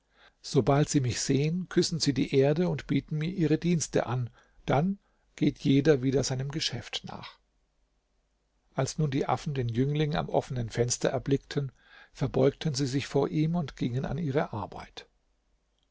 sobald sie mich sehen küssen sie die erde und bieten mir ihre dienste an dann geht jeder wieder seinem geschäft nach als nun die affen den jüngling am offenen fenster erblickten verbeugten sie sich vor ihm und gingen an ihre arbeit